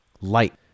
light